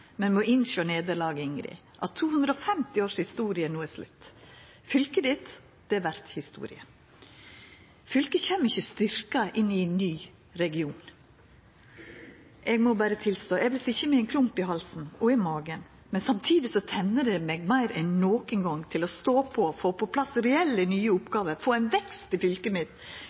men samtidig tenner det meg meir enn nokon gong til å stå på, få på plass reelle nye oppgåver, få ein vekst i fylket mitt.